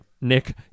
Nick